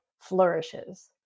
flourishes